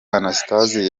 anastase